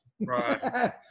Right